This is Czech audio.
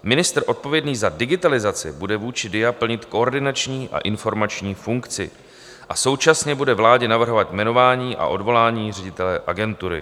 Ministr odpovědný za digitalizaci bude vůči DIA plnit koordinační a informační funkci a současně bude vládě navrhovat jmenování a odvolání ředitele agentury.